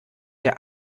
der